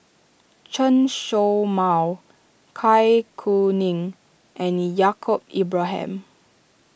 Chen Show Mao Zai Kuning and Yaacob Ibrahim